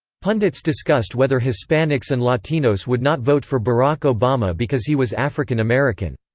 pundits discussed whether hispanics and latinos would not vote for barack obama because he was african american.